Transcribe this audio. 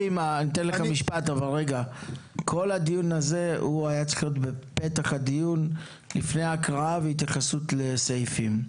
הדיון הזה היה צריך להיות לפני הקראה והתייחסות לסעיפים.